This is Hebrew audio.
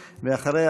ואחריה,